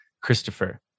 Christopher